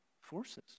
forces